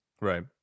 Right